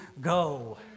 go